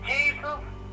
Jesus